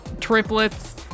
triplets